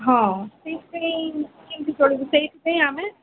ହଁ ସେଇଥିପାଇଁ କେମିତି ଚଳିବୁ ସେଇଥିପାଇଁ ଆମେ